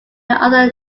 other